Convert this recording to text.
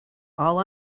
all